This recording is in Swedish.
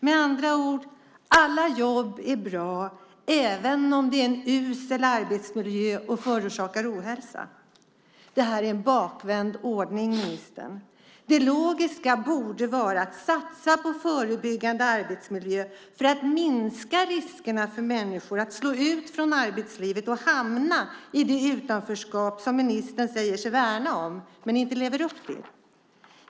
Med andra ord: Alla jobb är bra, även om arbetsmiljön är usel och även om det förorsakar ohälsa. Det är en bakvänd ordning, ministern. Det logiska borde vara att satsa på förebyggande arbetsmiljö för att minska riskerna för människor att slås ut från arbetslivet och hamna i utanförskap. Det är något som ministern säger sig värna om, men som han inte lever upp till.